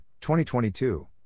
2022